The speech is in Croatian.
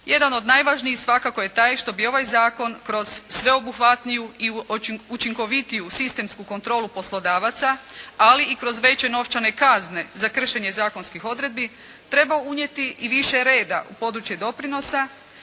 Jedan od najvažnijih svakako je taj što bi ovaj zakon kroz sveobuhvatniju i učinkovitiju sistemsku kontrolu poslodavaca ali i kroz veće novčane kazne za kršenje zakonskih odredbi trebao unijeti i više reda u područje doprinosa